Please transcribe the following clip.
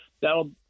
that'll